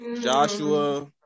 joshua